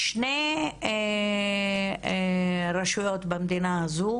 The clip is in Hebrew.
שתי רשויות במדינה הזו